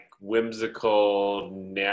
whimsical